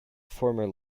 former